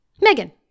megan